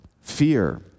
Fear